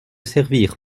servir